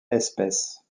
espèces